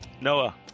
noah